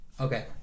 Okay